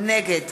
נגד